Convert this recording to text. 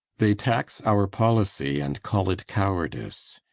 they tax our policy and call it cowardice,